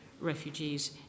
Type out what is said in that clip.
refugees